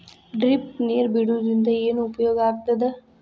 Drip ನೇರ್ ಬಿಡುವುದರಿಂದ ಏನು ಉಪಯೋಗ ಆಗ್ತದ?